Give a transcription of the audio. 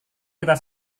kita